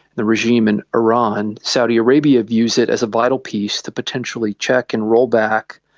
the regime in iran, saudi arabia views it as a vital piece to potentially check and roll back,